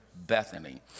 Bethany